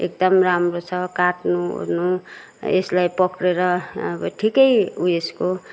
एकदम राम्रो छ काटनुओर्नु यसलाई पक्रिएर अब ठिकै ऊ यसको